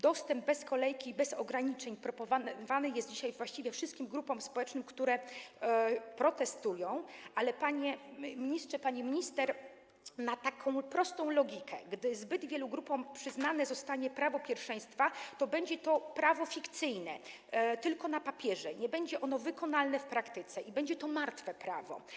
Dostęp bez kolejki i bez ograniczeń proponowany jest dzisiaj właściwie wszystkim grupom społecznym, które protestują, ale panie ministrze, pani minister, na taką prostą logikę, gdy zbyt wielu grupom przyznane zostanie prawo pierwszeństwa, to będzie to prawo fikcyjne, tylko na papierze, nie będzie ono wykonalne w praktyce i będzie to martwe prawo.